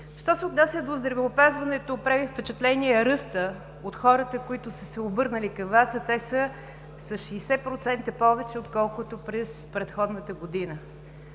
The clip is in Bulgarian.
Що се отнася до здравеопазването прави впечатление ръстът от хората, които са се обърнали към Вас, а те са с 60% повече, отколкото през предходната година.